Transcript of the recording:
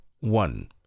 one